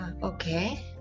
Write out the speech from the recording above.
Okay